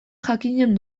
jakinen